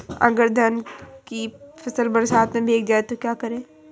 अगर धान की फसल बरसात में भीग जाए तो क्या करें?